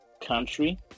country